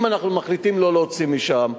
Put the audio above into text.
אם אנחנו מחליטים לא להוציא משם,